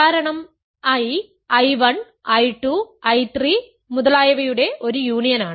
കാരണം I I 1 I 2 I 3 മുതലായവയുടെ ഒരു യൂണിയനാണ്